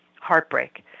heartbreak